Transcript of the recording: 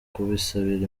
kubisabira